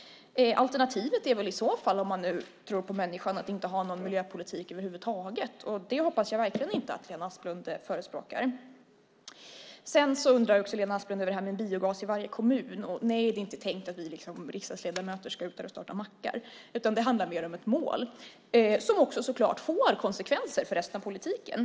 Om man nu tror på människan är alternativet att inte ha någon miljöpolitik över huvud taget, och det hoppas jag verkligen inte att Lena Asplund förespråkar. Sedan undrar Lena Asplund över det här med biogas i varje kommun. Det är inte tänkt att vi riksdagsledamöter ska starta mackar, utan det handlar mer om ett mål som också får konsekvenser för resten av politiken.